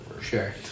Sure